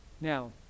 now